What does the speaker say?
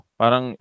parang